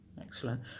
Excellent